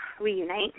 reunite